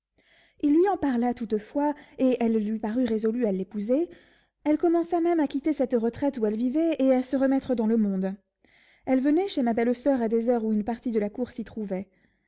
il lui en parla toutefois et elle lui parut résolue à l'épouser elle commença même à quitter cette retraite où elle vivait et à se remettre dans le monde elle venait chez ma belle-soeur à des heures où une partie de la cour s'y trouvait